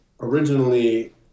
originally